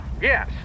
yes